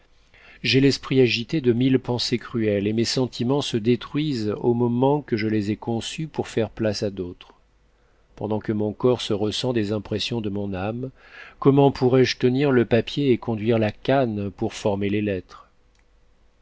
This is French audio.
j'ai l'esprit agité de mille pensées cruelles et mes sentiments se détruisent au moment que je les ai conçus pour faire place à d'autres pendant que mon corps se ressent des impressions de mon âme comment pourrai-je tenir le papier et conduire la canne pour former les lettres